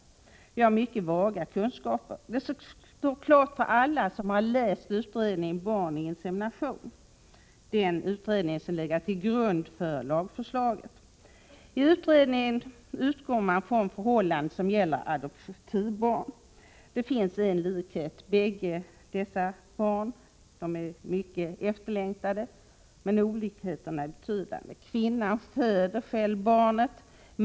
Vi har mycket vaga kunskaper. Detta står klart för alla som läst utredningen Barn och insemination, dvs. den utredning som legat till grund för lagförslaget. I utredningen utgår man från förhållanden som gäller adoptivbarn. Det finns här en likhet: dessa barn är mycket efterlängtade. Olikheterna är emellertid betydande. I det ena fallet föder kvinnan själv barnet.